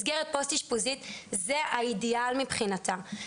מסגרת פוסט אישפוזית זה האידיאל מבחינתה,